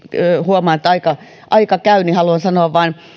huomaan että aika aika käy haluan vain sanoa